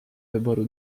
wyboru